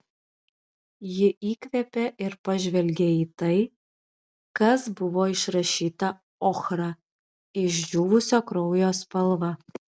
ji įkvėpė ir pažvelgė į tai kas buvo išrašyta ochra išdžiūvusio kraujo spalva